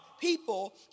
people